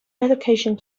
education